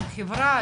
לחברה,